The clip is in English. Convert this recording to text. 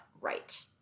right